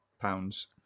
pounds